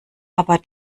aber